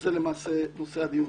שזה למעשה נושא הדיון.